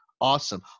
awesome